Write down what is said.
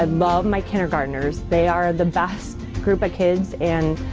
um love my kindergartners. they are the best group of kids and